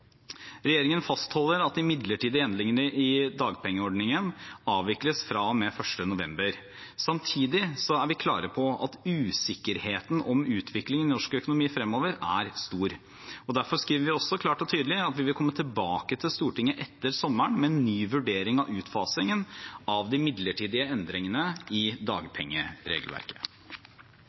Regjeringen fastholder at de midlertidige endringene i dagpengeordningen avvikles fra og med 1. november. Samtidig er vi klare på at usikkerheten om utviklingen i norsk økonomi fremover er stor, og derfor skriver vi også klart og tydelig at vi vil komme tilbake til Stortinget etter sommeren med en ny vurdering av utfasingen av de midlertidige endringene i dagpengeregelverket.